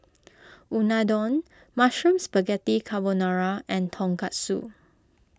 Unadon Mushroom Spaghetti Carbonara and Tonkatsu